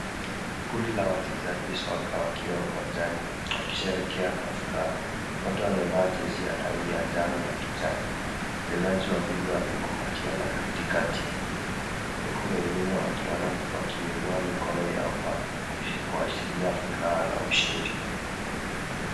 Kundi la wachezaji soka wakiwa uwanjani wakisherekea kwa furaha, wote wamevaa jezi ya rangi ya njano na kijani. Wachezaji wawili wamekumbatiana katikati huku wengine wakiinua mikono yao kwa kuashiria furaha na ushindi.